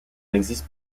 existe